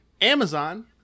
amazon